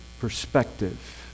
perspective